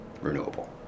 renewable